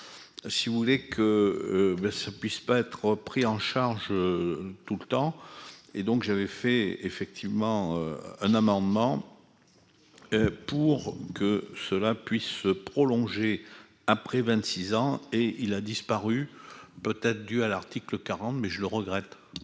si vous voulez que ça puisse pas être pris en charge tout le temps et donc j'avais fait effectivement un amendement pour que cela puisse se prolonger après 26 ans, et il a disparu, peut-être dû à l'article quarante mais je le regrette.